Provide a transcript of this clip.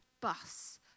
bus